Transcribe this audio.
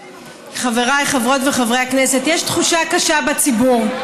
חבריי חברות וחברי הכנסת, יש תחושה קשה בציבור.